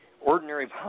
ordinary